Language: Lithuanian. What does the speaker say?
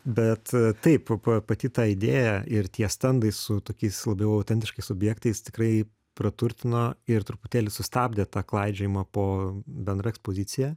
bet taip pa pati tą idėją ir tie stendai su tokiais labiau autentiškais objektais tikrai praturtino ir truputėlį sustabdė tą klaidžiojimą po bendrą ekspoziciją